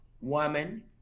woman